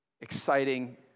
exciting